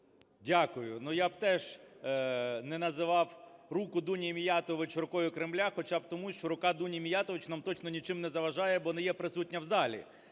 Дякую. Я б теж не називав руку Дуні Міятович "рукою Кремля" хоча б тому, що рука Дуні Мятович нам точно нічим не заважає, бо не є присутня в залі.